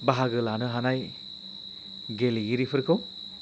बाहागो लानो हानाय गेलेगिरिफोरखौ